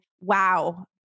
wow